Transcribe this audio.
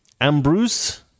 Ambrose